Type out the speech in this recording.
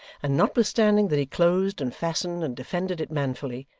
and notwithstanding that he closed, and fastened, and defended it manfully,